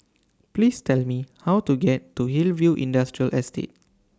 Please Tell Me How to get to Hillview Industrial Estate